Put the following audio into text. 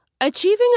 Achieving